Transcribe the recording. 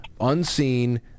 unseen